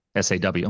SAW